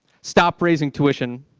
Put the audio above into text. stop raising tuition.